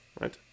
right